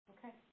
Okay